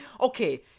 Okay